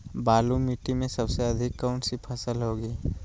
बालू मिट्टी में सबसे अधिक कौन सी फसल होगी?